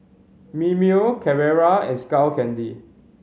Mimeo Carrera and Skull Candy